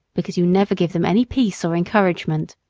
because you never give them any peace or encouragement.